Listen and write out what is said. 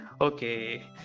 Okay